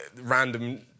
random